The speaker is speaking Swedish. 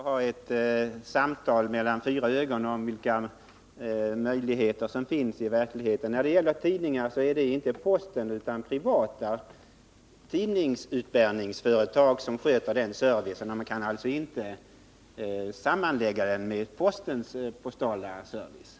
Herr talman! Tore Nilsson och jag får nog föra ett samtal mellan fyra ögon om de möjligheter till postservice som finns. Men det är inte posten utan privata företag som har hand om tidningsutbärningen. Att, som Tore Nilsson gör, slå ihop den med postens service är inte riktigt.